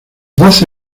doce